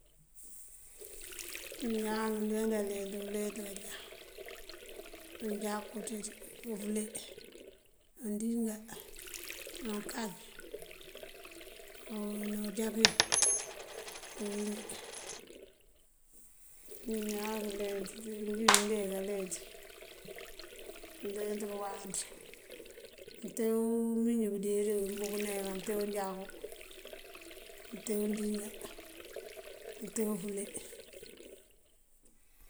Ñáan wundo wund kaleenţ kañan, unjokú cíţí, ufule, undíingá, na unkañ, ná ujakiŋ dí uwíin injí. Ñáan këleenţ injí win de kaleenţ, këleenţ këwáanţ, mante umiñi bëdiriŋ wíbúkuna wí mante unjaku, mante undíingá, mante ufule.